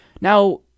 Now